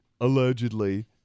allegedly